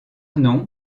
nom